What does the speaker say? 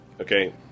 okay